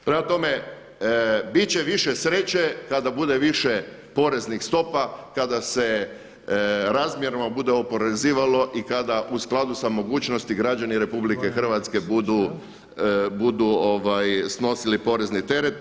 Prema tome, bit će više sreće kada bude više porezni stopa, kada se razmjerno bude oporezivalo i kada u skladu sa mogućnosti građani RH budu snosili porezni teret.